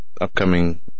upcoming